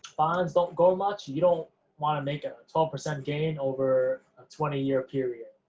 bonds don't grow much, you don't wanna make a twelve percent gain over a twenty year period.